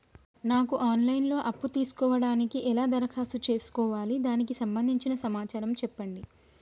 నాకు online లో అప్పు తీసుకోవడానికి ఎలా దరఖాస్తు చేసుకోవాలి దానికి సంబంధించిన సమాచారం చెప్పండి?